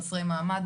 חסרי מעמד,